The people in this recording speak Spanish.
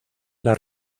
las